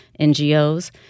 NGOs